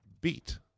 beat